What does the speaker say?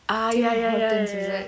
ah ya ya ya ya ya ya